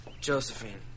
Josephine